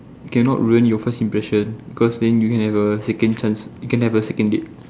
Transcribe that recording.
cannot ruin your first impression because then you can have a second chance you can have a second date